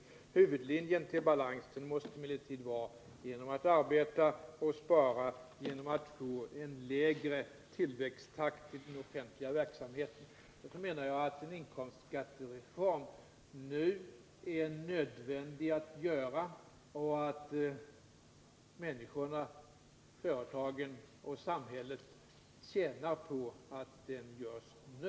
Huvudlinjen till balans måste emellertid vara den att vi — genom att arbeta och spara — får en lägre tillväxttakt i den offentliga verksamheten. Därför menar jag att det är nödvändigt att nu göra en inkomstskattereform och att människorna, företagen och samhället tjänar på att den görs nu.